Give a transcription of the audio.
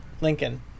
Lincoln